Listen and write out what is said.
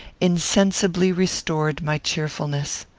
insensibly restored my cheerfulness.